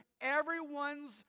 Everyone's